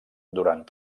durant